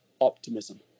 optimism